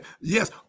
Yes